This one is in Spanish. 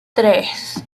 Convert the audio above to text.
tres